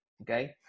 Okay